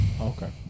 Okay